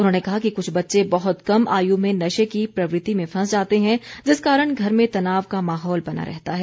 उन्होंने कहा कि कुछ बच्चे बहुत कम आयु में नशे की प्रवृति में फंस जाते हैं जिस कारण घर में तनाव का माहौल बना रहता है